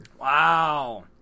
Wow